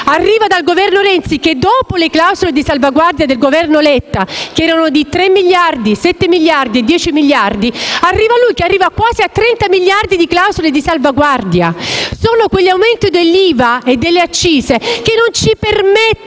arriva dal Governo Renzi, che, dopo le clausole di salvaguardia del Governo Letta di 3, 7 e 10 miliardi, arriva quasi a 30 miliardi di clausole di salvaguardia: sono quegli aumenti dell'IVA e delle accise che non ci permettono